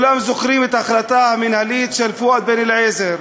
כולם זוכרים את ההחלטה המינהלית של פואד בן-אליעזר,